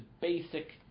basic